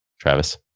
Travis